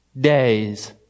days